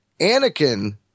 Anakin